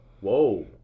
Whoa